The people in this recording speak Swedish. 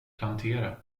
plantera